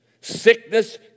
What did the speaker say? Sickness